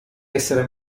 essere